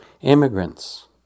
Immigrants